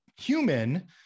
human